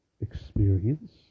experience